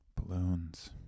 balloons